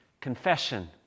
confession